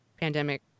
pandemic